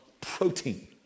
protein